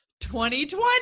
2020